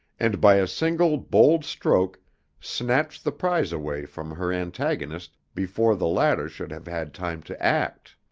and by a single bold stroke snatch the prize away from her antagonist before the latter should have had time to act.